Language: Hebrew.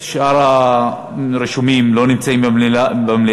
שאר הרשומים לא נמצאים במליאה.